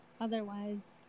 otherwise